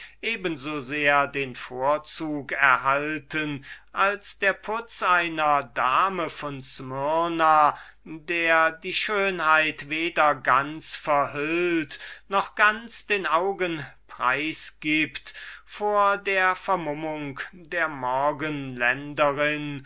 so sehr den vorzug erhalten als der putz einer dame von smyrna der die schönheit weder ganz verhüllt noch ganz den augen preis gibt vor der vermummung der morgenländerin